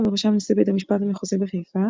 ובראשם נשיא בית המשפט המחוזי בחיפה,